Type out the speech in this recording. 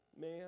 man